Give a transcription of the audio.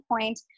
point